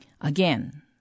Again